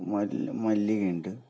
മൽ മല്ലികയുണ്ട്